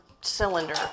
cylinder